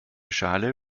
schale